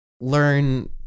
learn